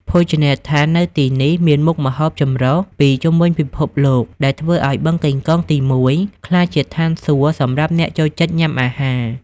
ភោជនីយដ្ឋាននៅទីនេះមានមុខម្ហូបចម្រុះពីជុំវិញពិភពលោក ដែលធ្វើឱ្យ បឹងកេងកងទី១ ក្លាយជាឋានសួគ៌សម្រាប់អ្នកចូលចិត្តញ៉ាំអាហារ។